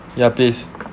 ya please